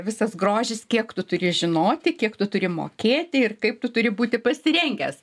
visas grožis kiek tu turi žinoti kiek tu turi mokėti ir kaip tu turi būti pasirengęs